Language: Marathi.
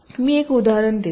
मी एक उदाहरण देतो